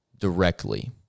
directly